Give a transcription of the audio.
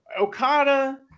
Okada